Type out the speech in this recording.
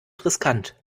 riskant